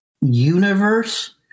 universe